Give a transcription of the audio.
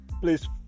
Please